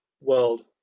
world